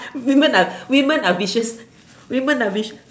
women are women are vicious women are vicious